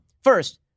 First